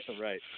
Right